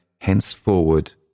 henceforward